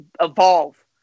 evolve